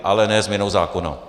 Ale ne změnou zákona.